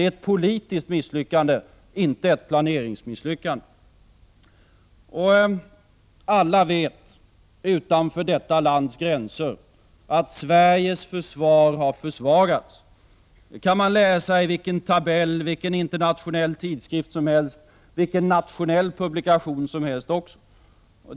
Det är ett politiskt misslyckande, inte ett planeringsmisslyckande! Alla utanför detta lands gränser vet att Sveriges försvar har försvagats. Det kan man läsa i vilken tabell som helst, i vilken internationell tidskrift som helst och i vilken nationell publikation som helst också.